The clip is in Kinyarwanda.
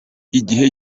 igihe